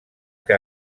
que